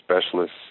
specialists